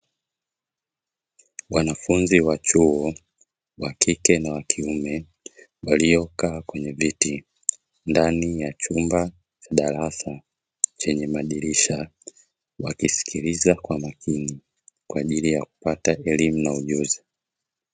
Wanafunzi wa chuo wakike na wakiume waliokaa kwenye viti ndani ya chumba cha darasa chenye madirisha, wakisikiliza kwa makini kwa ajili ya kupata elimu na ujuzi.